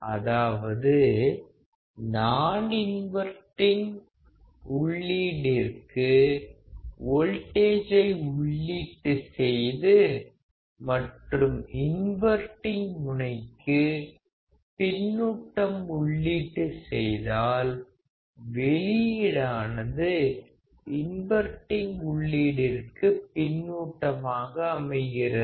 அதாவது நான் இன்வர்டிங் உள்ளீடிற்கு வோல்டேஜை உள்ளீட்டு செய்து மற்றும் இன்வர்டிங் முனைக்கு பின்னூட்டம் உள்ளீட்டு செய்தால் வெளியிடானது இன்வர்டிங் உள்ளீடிற்கு பின்னூட்டமாக அமைகிறது